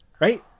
right